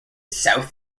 south